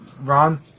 Ron